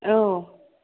औ